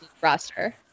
roster